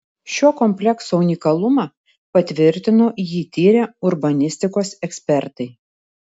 šio komplekso unikalumą patvirtino jį tyrę urbanistikos ekspertai